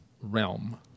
realm